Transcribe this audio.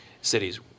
Cities